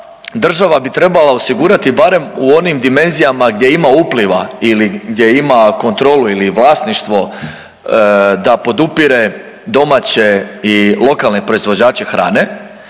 država bi trebala osigurati barem u onim dimenzijama gdje ima upliva ili gdje ima kontrolu ili vlasništvo da podupire domaće i lokalne proizvođače hrane.